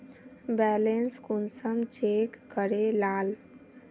Balance कुंसम check करे लाल?